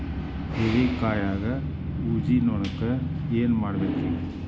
ಹೇರಿಕಾಯಾಗ ಊಜಿ ನೋಣಕ್ಕ ಏನ್ ಮಾಡಬೇಕ್ರೇ?